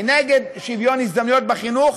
היא נגד שוויון הזדמנויות בחינוך.